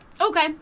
Okay